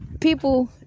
People